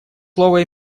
слово